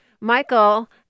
Michael